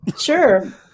Sure